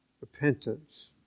repentance